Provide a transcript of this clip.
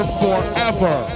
forever